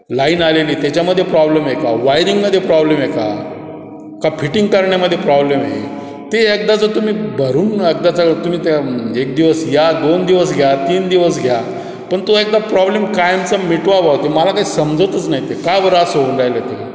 line आलेली त्याच्यामध्ये problem आहे का वायरिंगमध्ये प्रॉब्लेम आहे का का फिटिंग करण्यामध्ये प्रॉब्लेम ते एकदा जर तुम्ही भरून एकदा चळ तुम्ही त्या एक दिवस या दोन दिवस घ्या तीन दिवस घ्या पण तो एकदा प्रॉब्लेम कायमचा मिटवा भावा तर मला ते समजतच नाही ते का बरं असं होऊन राहिलं ते